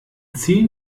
zehn